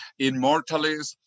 immortalists